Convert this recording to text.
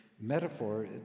metaphor